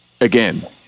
again